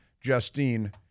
Justine